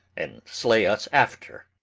and slay us after.